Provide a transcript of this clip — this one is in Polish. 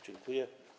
Dziękuję.